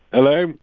hello?